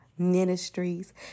Ministries